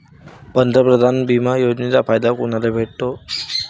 पंतप्रधान बिमा योजनेचा फायदा कुनाले भेटतो?